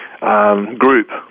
group